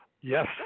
Yes